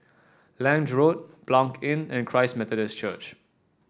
Lange Road Blanc Inn and Christ Methodist Church